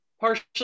Partially